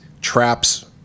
traps